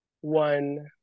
one